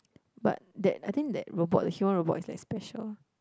but that I think that robot the human robot is like special